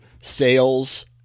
sales